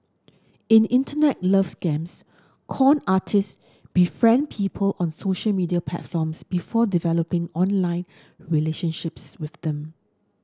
in Internet love scams con artist befriend people on social media platforms before developing online relationships with them